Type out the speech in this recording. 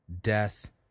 death